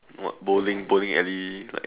what bowling bowling alley like